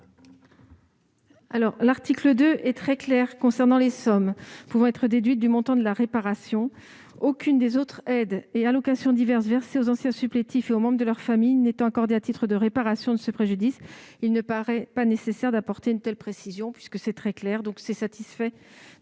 L'article 2 est très clair concernant les sommes pouvant être déduites du montant de la réparation. Aucune des autres aides et allocations diverses versées aux anciens supplétifs et aux membres de leurs familles n'étant accordée à titre de réparation de ce préjudice, il ne paraît pas nécessaire d'apporter la précision proposée. L'amendement étant satisfait,